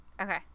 Okay